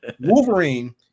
Wolverine